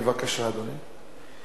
בבקשה, אדוני.